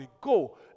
go